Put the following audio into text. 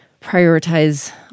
prioritize